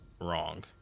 wrong